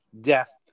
death